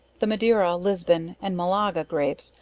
the madeira, lisbon and malaga grapes,